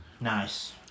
Nice